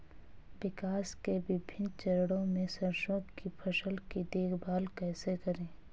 विकास के विभिन्न चरणों में सरसों की फसल की देखभाल कैसे करें?